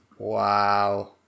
Wow